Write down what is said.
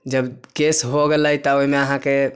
जब केस हो गेलै तऽ ओहिमे अहाँके